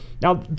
Now